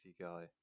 guy